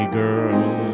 girl